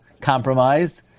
compromised